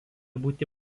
būti